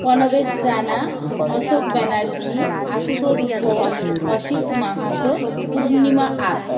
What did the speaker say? Pranabesh Jana Ashok Banerjee Ashutosh Ghosh Asit Mahato Purnima আস